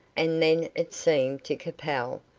and then it seemed to capel,